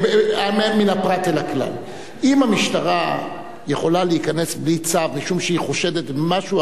אם המשטרה יכולה להיכנס בלי צו משום שהיא חושדת במשהו,